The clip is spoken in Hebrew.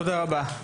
תודה רבה.